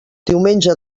diumenge